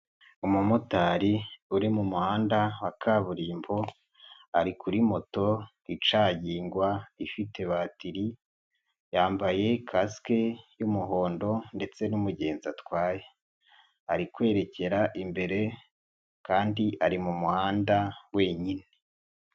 Umumotari uri mu muhanda wa kaburimbo ari kuri moto icagingwa ifite batiri, yambaye kasike y'umuhondo ndetse n'umugenzi atwaye. Ari kwerekera imbere kandi ari mu muhanda wenyine.